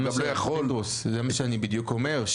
הוא גם לא יכול- -- זה מה שאני בדיוק אומר.